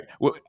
Right